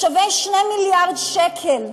שווה 2 מיליארד שקל,